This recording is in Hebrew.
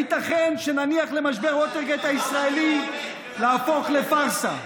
הייתכן שנניח למשבר ווטרגייט הישראלי להפוך לפארסה?